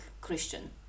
Christian